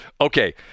Okay